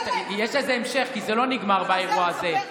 יש לזה המשך כי זה לא נגמר באירוע הזה.